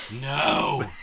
No